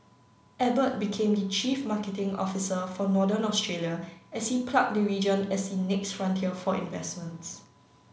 Abbott became the chief marketing officer for Northern Australia as he plugged the region as the next frontier for investments